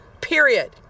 period